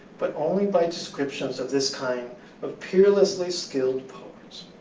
but only by descriptions of this kind of peerlessly skilled poets.